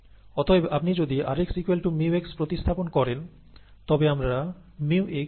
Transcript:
অতএব আপনি যদি rx μx প্রতিস্থাপন করেন তবে আমরা μx dxdt পাই